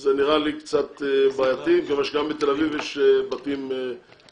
זה נראה לי קצת בעייתי בגלל שבתל-אביב גם יש בתים פרטיים,